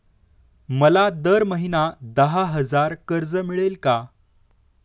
मला दर महिना दहा हजार कर्ज मिळेल का?